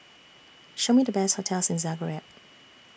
Show Me The Best hotels in Zagreb